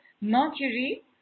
mercury